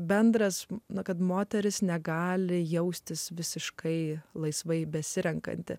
bendras na kad moteris negali jaustis visiškai laisvai besirenkanti